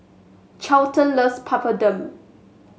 Charlton loves Papadum